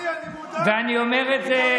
ואני אומר את זה,